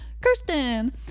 Kirsten